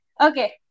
Okay